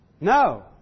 No